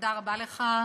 תודה רבה לך.